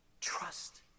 trust